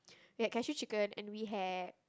we had cashew chicken and we had